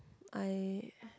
I